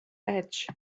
edge